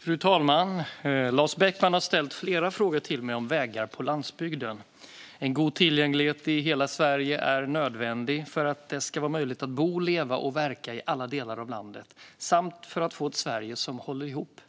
Fru talman! Lars Beckman har ställt flera frågor till mig om vägar på landsbygden. En god tillgänglighet i hela Sverige är nödvändig för att det ska vara möjligt att bo, leva och verka i alla delar av landet samt för att få ett Sverige som håller ihop.